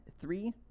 three